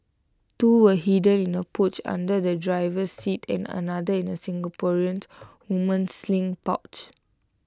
two were hidden in A pouch under the driver's seat and another in A Singaporean woman's sling pouch